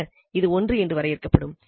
ஆக இது 1 என்று வரையறுக்கப்படும்